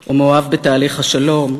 או מאוהב בתהליך השלום.